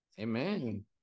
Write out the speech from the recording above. amen